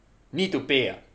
need to pay ah